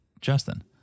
Justin